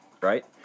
right